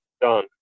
done